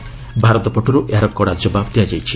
ଭାରତ ପଟର୍ତ୍ତ ଏହାର କଡ଼ା ଜବାବ୍ ଦିଆଯାଇଛି